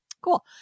Cool